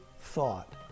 thought